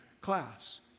class